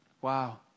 wow